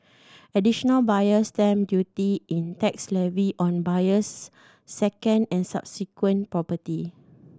Additional Buyer's Stamp Duty is tax levied on a buyer's second and subsequent property